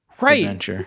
right